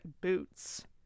boots